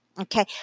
Okay